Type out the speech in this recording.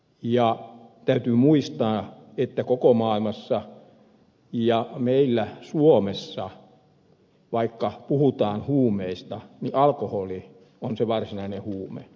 ja täytyy muistaa että koko maailmassa ja meillä suomessa vaikka puhutaan huumeista alkoholi on se varsinainen huume